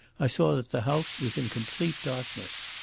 i saw that the house was in complete darkness.